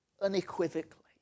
unequivocally